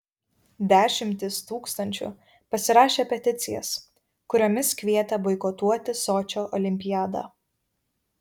dešimtys tūkstančių pasirašė peticijas kuriomis kvietė boikotuoti sočio olimpiadą